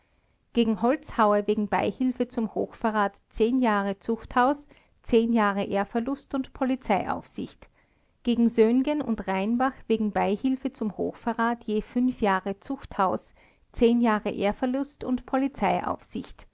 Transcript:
gegen holzhauer wegen beihilfe zum hochverrat jahre zuchthaus jahre ehrverlust und polizeiaufsicht gegen söhngen und rheinbach wegen beihilfe zum hochverrat je jahre zuchthaus jahre ehrverlust und